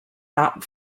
not